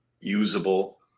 usable